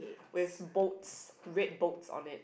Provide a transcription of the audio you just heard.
with bolts red bolts on it